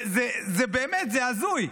באמת, זה הזוי.